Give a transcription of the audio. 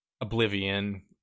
Oblivion